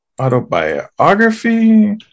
autobiography